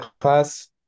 class